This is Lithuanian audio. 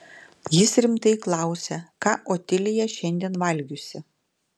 jis rimtai klausia ką otilija šiandien valgiusi